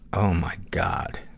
oh my god!